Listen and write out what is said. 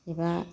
एबा